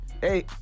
Hey